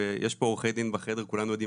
ויש פה עורכי דין בחדר וכולנו יודעים